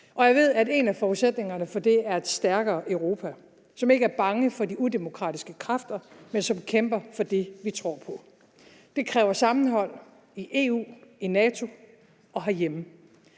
og jeg ved, at en af forudsætningerne for det er et stærkere Europa, som ikke er bange for de udemokratiske kræfter, men som kæmper for det, vi tror på. Det kræver sammenhold i EU, i NATO og herhjemme.